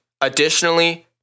Additionally